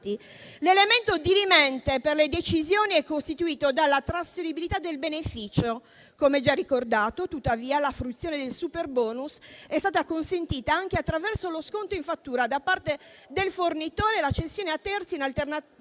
«L'elemento dirimente per le decisioni è costituito dalla trasferibilità del beneficio». «Come già ricordato, tuttavia, la fruizione del Superbonus è stata consentita anche attraverso lo sconto in fattura da parte del fornitore e la cessione a terzi in alternativa